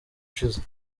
ushize